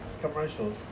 commercials